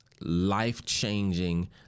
life-changing